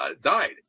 died